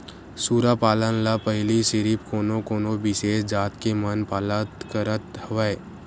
सूरा पालन ल पहिली सिरिफ कोनो कोनो बिसेस जात के मन पालत करत हवय